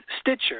Stitcher